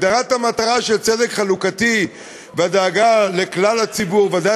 כי הגדרת המטרה של צדק חלוקתי והדאגה לכלל הציבור והדאגה